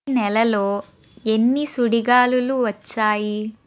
నెలలో ఎన్ని సుడిగాలులు వచ్చాయి